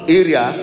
area